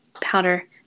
powder